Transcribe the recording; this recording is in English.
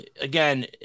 Again